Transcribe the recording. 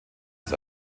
ist